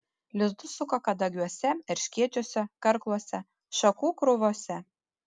lizdus suka kadagiuose erškėčiuose karkluose šakų krūvose